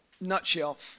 nutshell